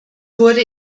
wurde